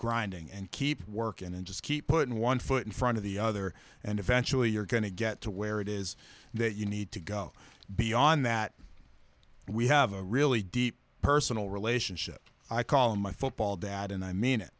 grinding and keep working and just keep putting one foot in front of the other and eventually you're going to get to where it is that you need to go beyond that we have a really deep personal relationship i call my football dad and i'm in it